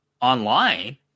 online